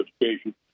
education